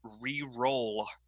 re-roll